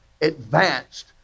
advanced